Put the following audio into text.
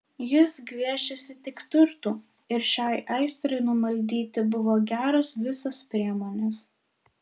jis gviešėsi tik turtų ir šiai aistrai numaldyti buvo geros visos priemonės